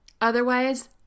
Otherwise